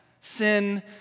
sin